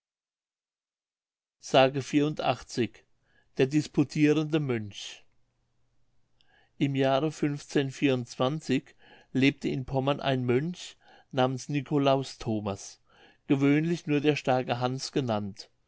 s der disputirende mönch im jahre lebte in pommern ein mönch namens nicolaus thomas gewöhnlich nur der starke hans genannt